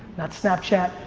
not snapchat,